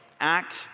act